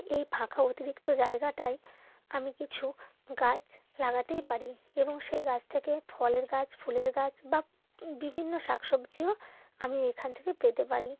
এই ফাঁকা অতিরিক্ত জায়গাটায় আমি কিছু গাছ লাগাতেই পারি এবং সেই গাছ থেকে ফলের গাছ ফুলের গাছ বা বিভিন্ন শাক সবজিও আমি এখান থেকে পেতে পারি